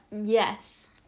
Yes